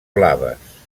blaves